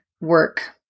work